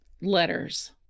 letters